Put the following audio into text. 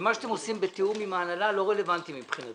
ומה שאתם עושים בתיאום עם ההנהלה לא רלוונטי מבחינתי.